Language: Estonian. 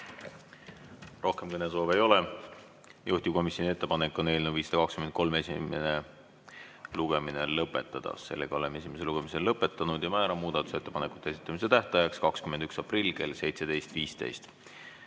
Rohkem kõnesoove ei ole. Juhtivkomisjoni ettepanek on eelnõu 523 esimene lugemine lõpetada. Oleme esimese lugemise lõpetanud. Määran muudatusettepanekute esitamise tähtajaks 21. aprilli kell 17.15.